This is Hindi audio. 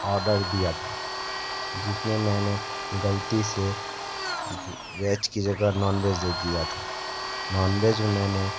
ऑर्डर दिया था जिसमें मैंने गलती से वेज की जगह नॉनवेज दे दिया था नॉनवेज में मैंने